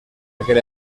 aquel